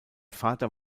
vater